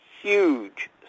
huge